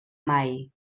mai